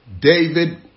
David